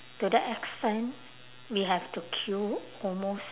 to the extent we have to queue almost